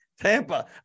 Tampa